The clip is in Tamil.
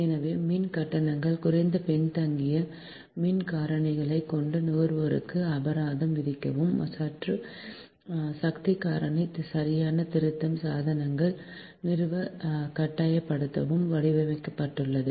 எனவே மின் கட்டணங்கள் குறைந்த பின்தங்கிய மின் காரணி கொண்ட நுகர்வோருக்கு அபராதம் விதிக்கவும் மற்றும் சக்தி காரணி சரியான திருத்தம் சாதனங்களை நிறுவ கட்டாயப்படுத்தவும் வடிவமைக்கப்பட்டுள்ளது